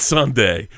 Sunday